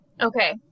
Okay